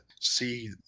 see